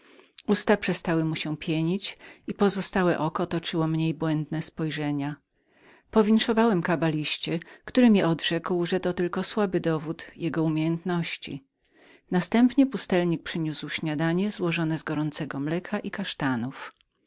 usta przestały mu pienić się i pozostałe oko toczyło mniej błędne spojrzenia powinszowałem kabaliście który mi odrzekł że to był tylko słaby dowód jego umiejętności nastędnienastępnie pustelnik przyniósł śniadanie złożone z gorącego mleka i kasztanów